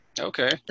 Okay